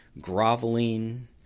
groveling